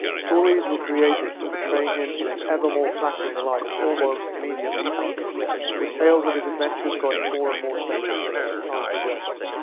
stories were created to portray him in an evermore flattering light almost immediately after his death. with tales of his adventures growing more and more spectacular as time progressed.